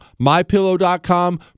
MyPillow.com